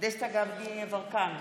דסטה גדי יברקן,